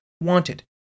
wanted